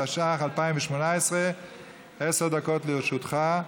התשע"ח 2018. עשר דקות לרשותך,